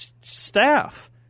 Staff